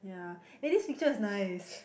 yeah eh this picture is nice